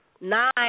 nine